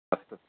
अस्तु